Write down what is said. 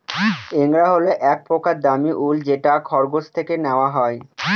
angora হল এক প্রকার দামী উল যেটা খরগোশ থেকে নেওয়া হয়